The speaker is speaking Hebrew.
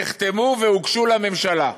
נחתמו והוגשו לממשלה.